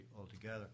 altogether